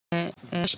הגיש.